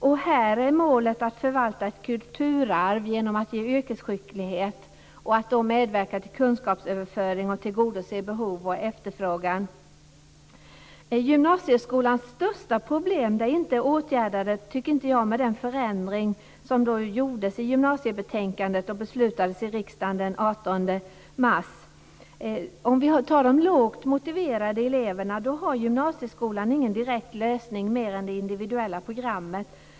Målet är att förvalta ett kulturarv genom att ge yrkesskicklighet, medverka till kunskapsöverföring och tillgodose behov och efterfrågan. Gymnasieskolans största problem är inte åtgärdade i och med den förändring som riksdagen fattade beslut om den 18 mars med anledning av gymnasiebetänkandet. Gymnasieskolan har ingen direkt lösning för de lågt motiverade eleverna mer än det individuella programmet.